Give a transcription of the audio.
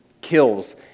Kills